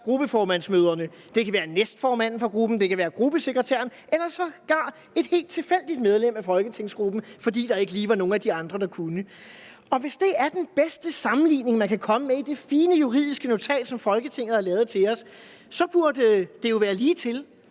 gruppeformandsmøderne. Det kan være næstformanden for gruppen, det kan være gruppesekretæren eller sågar et helt tilfældigt medlem af folketingsgruppen, fordi der ikke lige var nogen af de andre, der kunne. Hvis det er den bedste sammenligning, man kan komme med i det fine juridiske notat, som Folketinget har lavet til os, så burde det jo være ligetil.